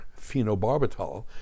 phenobarbital